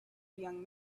young